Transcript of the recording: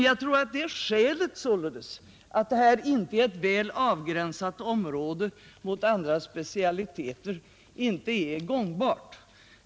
Jag tror således att det skälet, att det här inte gäller ett mot andra specialiteter väl avgränsat område, inte är gångbart.